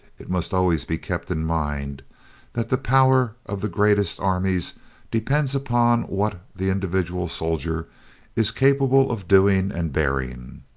it must always be kept in mind that the power of the greatest armies depends upon what the individual soldier is capable of doing and bearing.